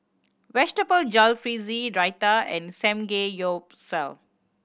Vegetable Jalfrezi Raita and Samgeyopsal